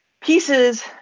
pieces